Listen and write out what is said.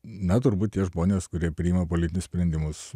na turbūt tie žmonės kurie priima politinius sprendimus